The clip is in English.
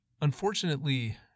Unfortunately